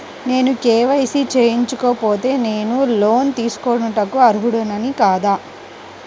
నేను కే.వై.సి చేయించుకోకపోతే నేను లోన్ తీసుకొనుటకు అర్హుడని కాదా?